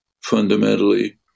fundamentally